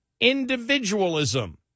individualism